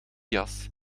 jas